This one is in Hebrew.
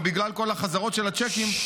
ובגלל כל החזרות של הצ'קים,